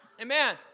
Amen